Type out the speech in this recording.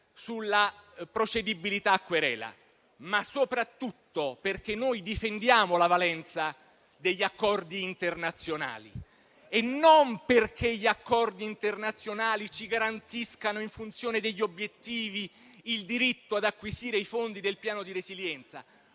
sulla procedibilità a querela; e poi soprattutto perché noi difendiamo la valenza degli accordi internazionali. E questo non perché gli accordi internazionali ci garantiscono, in funzione degli obiettivi, il diritto ad acquisire i fondi del Piano nazionale